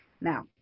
Now